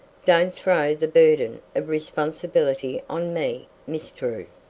don't throw the burden of responsibility on me, miss drew.